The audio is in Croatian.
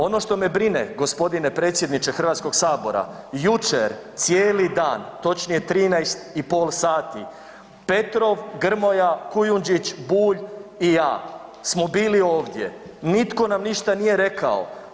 Ono što me brine gospodine predsjedniče Hrvatskog sabora, jučer cijeli dan točnije 13,5 sati Petrov, Grmoja, Kujundžić, Bulj i ja smo bili ovdje, nitko nam ništa nije rekao.